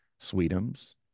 Sweetums